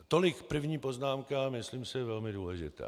Tolik první poznámka, myslím, velmi důležitá.